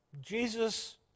Jesus